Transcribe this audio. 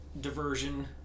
diversion